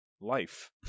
life